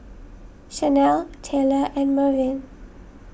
Shanell Taylor and Mervyn